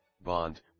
bond